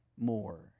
more